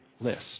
list